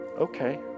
Okay